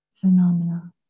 phenomena